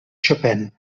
chopin